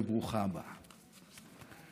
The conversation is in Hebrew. וברוכה הבאה.